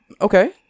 Okay